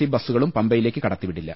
C ബസ്സൂകളും പമ്പയിലേക്ക് കടത്തിവിടില്ല